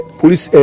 police